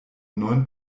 neun